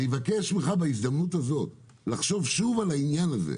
אני מבקש ממך בהזדמנות הזאת לחשוב שוב על העניין הזה,